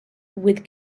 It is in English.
with